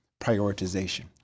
prioritization